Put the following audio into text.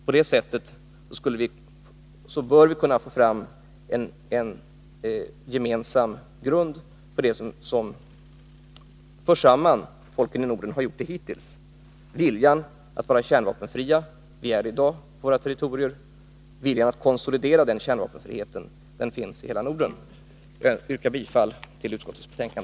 På det sättet bör vi kunna få fram en gemensam grund för det som hittills fört samman folken i Norden: viljan att hålla våra territorier kärnvapenfria. Viljan att konsolidera denna kärnvapenfrihet finns i hela Norden. Jag yrkar bifall till utskottets hemställan.